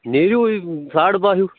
نِیرِوٕے ساڈٕ باہ ہیو